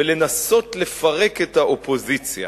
ולנסות לפרק את האופוזיציה.